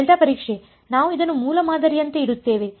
delta ಪರೀಕ್ಷೆ ನಾವು ಇದನ್ನು ಮೂಲಮಾದರಿಯಂತೆ ಇಡುತ್ತೇವೆ